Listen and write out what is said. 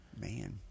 Man